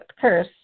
curse